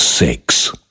Six